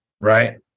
right